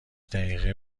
دقیقه